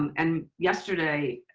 and yesterday,